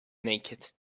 naked